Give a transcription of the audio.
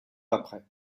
après